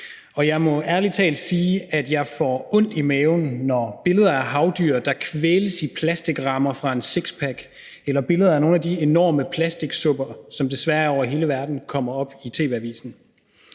Og jeg må ærlig talt sige, at jeg får ondt i maven, når billeder af havdyr, der kvæles i plastikrammer fra en sixpack, eller billeder af nogle af de enorme plastiksupper, som desværre er over hele verden, kommer op i tv-avisen.